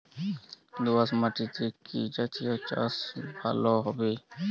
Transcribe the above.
দোয়াশ মাটিতে কি জাতীয় চাষ ভালো হবে?